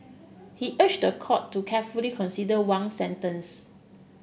he urged the court to carefully consider Wang's sentence